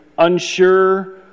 unsure